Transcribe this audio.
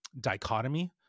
dichotomy